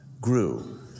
grew